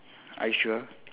are you sure